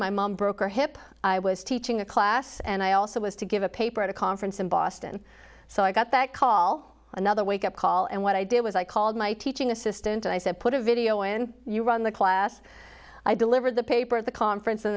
my mom broke her hip i was teaching a class and i also was to give a paper at a conference in boston so i got that call another wake up call and what i did was i called my teaching assistant and i said put a video in you run the class i delivered the paper at the conference and